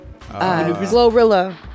Glorilla